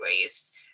waste